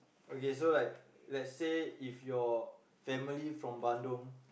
okay so like let's say if your family from Bandung